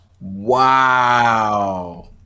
Wow